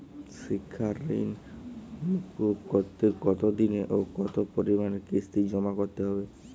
শিক্ষার ঋণ মুকুব করতে কতোদিনে ও কতো পরিমাণে কিস্তি জমা করতে হবে?